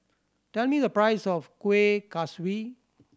tell me the price of Kuih Kaswi